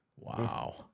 Wow